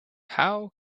how